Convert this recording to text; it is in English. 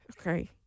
Okay